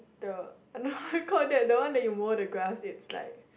like the I don't know how called that the one that you mow the grass it's like